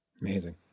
Amazing